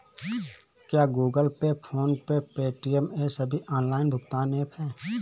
क्या Google Pay PhonePe Paytm ये सभी ऑनलाइन भुगतान ऐप हैं?